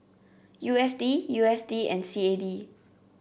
U S D U S D and C A D